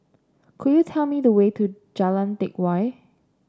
could you tell me the way to Jalan Teck Whye